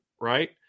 right